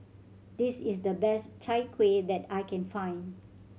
this is the best Chai Kueh that I can find